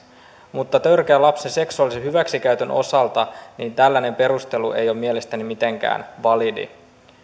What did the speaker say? mutta lapsen törkeän seksuaalisen hyväksikäytön osalta tällainen perustelu ei ole mielestäni mitenkään validi